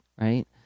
Right